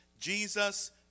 Jesus